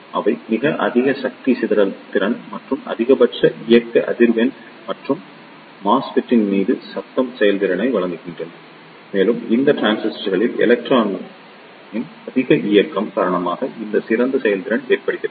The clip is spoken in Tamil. அவை மிக அதிக சக்தி சிதறல் திறன் மற்றும் அதிகபட்ச இயக்க அதிர்வெண் மற்றும் மெஸ்ஃபெட்டின் மீது சத்தம் செயல்திறனை வழங்குகின்றன மேலும் இந்த டிரான்சிஸ்டர்களில் எலக்ட்ரானின் அதிக இயக்கம் காரணமாக இந்த சிறந்த செயல்திறன் ஏற்படுகிறது